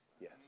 Yes